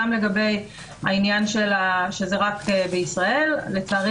גם לגבי העניין שזה רק בישראל לצערי